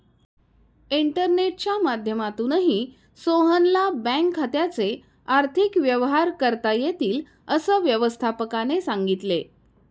इंटरनेटच्या माध्यमातूनही सोहनला बँक खात्याचे आर्थिक व्यवहार करता येतील, असं व्यवस्थापकाने सांगितले